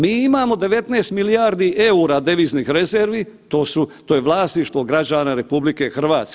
Mi imamo 19 milijardi EUR-a deviznih rezervi, to je vlasništvo građana RH.